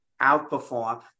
outperform